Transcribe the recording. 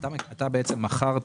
אתה מכרת